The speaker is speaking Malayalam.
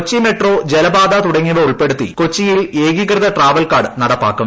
കൊച്ചി മെട്രോ ജലപാത തുടങ്ങിയവ ഉൾപ്പെടുത്തി കൊച്ചിയിൽ ഏകീകൃത ട്രാവൽ കാർഡ് നടപ്പാക്കും